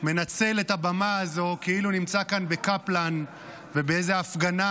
מנצל את הבמה הזו כאילו נמצא כאן בקפלן ובאיזו הפגנה,